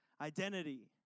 identity